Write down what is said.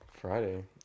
Friday